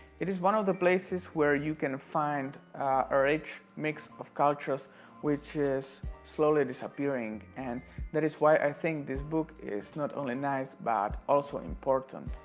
it is one of the places where you can find a rich mix of cultures which is slowly disappearing and that is why i think this book is not only nice but also important.